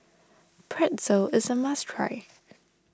Pretzel is a must try